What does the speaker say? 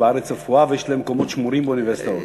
רפואה בארץ ויש להם מקומות שמורים באוניברסיטאות.